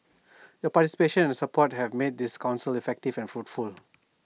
your participation and support have made this Council effective and fruitful